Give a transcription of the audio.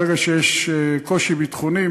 ברגע שיש קושי ביטחוני,